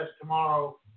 tomorrow